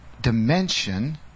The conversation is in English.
dimension